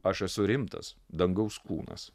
aš esu rimtas dangaus kūnas